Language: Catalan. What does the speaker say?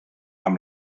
amb